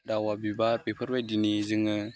दावा बिबार बेफोरबायदिनि जोङो